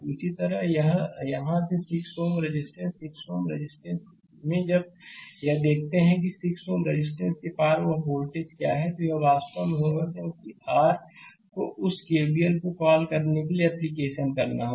इसी तरह यहाँ इस 6 Ω रेजिस्टेंस 6 Ω रेजिस्टेंस में जब यह देखते हैं कि 6 Ω रेजिस्टेंस के पार वह वोल्टेज क्या है तो यह वास्तव में होगा क्योंकि आर को उस केवीएल को कॉल करने के लिए एप्लीकेशन करना होगा